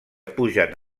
pugen